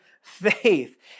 faith